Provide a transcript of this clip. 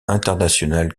internationale